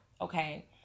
okay